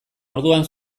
orduan